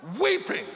weeping